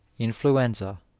Influenza